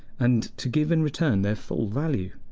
and to give in return their full value.